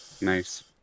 Nice